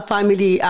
Family